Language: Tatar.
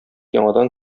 яңадан